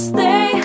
Stay